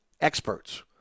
experts